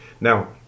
Now